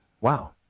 Wow